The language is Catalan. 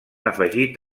afegit